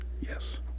Yes